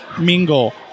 mingle